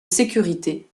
sécurité